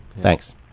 Thanks